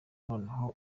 nanone